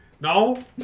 No